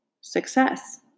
success